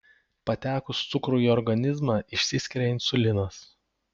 patekus cukrui į organizmą išsiskiria insulinas